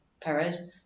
Perez